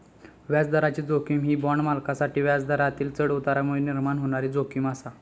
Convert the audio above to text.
व्याजदराची जोखीम ही बाँड मालकांसाठी व्याजदरातील चढउतारांमुळे निर्माण होणारी जोखीम आसा